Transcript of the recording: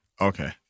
Okay